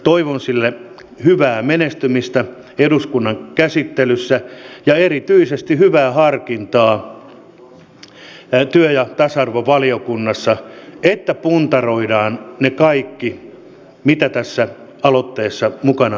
toivon sille hyvää menestymistä eduskunnan käsittelyssä ja erityisesti hyvää harkintaa työelämä ja tasa arvovaliokunnassa että puntaroidaan ne kaikki asiat mitä tässä aloitteessa mukana on tuotu